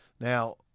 Now